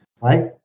right